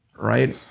right?